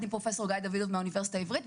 עם פרופ' גיא דוידוב מהאוניברסיטה העברית.